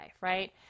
right